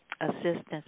assistance